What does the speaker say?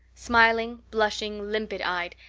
smiling, blushing, limpid eyed,